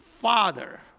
Father